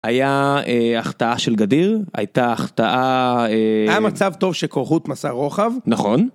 היה החטאה של גדיר הייתה החטאה .. היה המצב טוב שכוחות מסר רוחב. נכון.